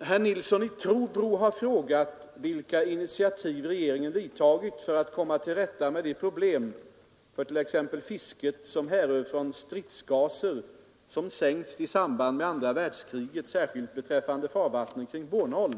Herr Nilsson i Trobro har frågat vilka initiativ regeringen tagit för att komma till rätta med de problem för t.ex. fisket som härrör från stridsgaser som sänkts i samband med andra världskriget, särskilt beträffande farvattnen kring Bornholm.